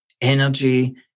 energy